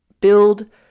build